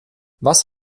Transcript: was